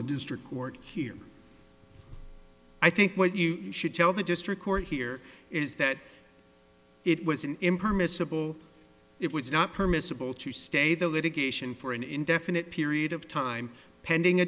district court here i think what you should tell the district court here is that it was an impermissible it was not permissible to stay the litigation for an indefinite period of time pending a